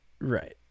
Right